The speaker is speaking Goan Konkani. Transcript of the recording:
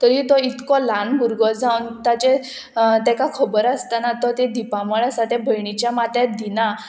तरी तो इतको ल्हान भुरगो जावन ताचे ताका खबर आसतना तो ते दिपामळ आसा ते भयणीच्या माथ्यार दिना